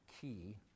key